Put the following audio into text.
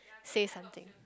say something